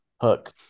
hook